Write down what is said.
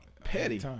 petty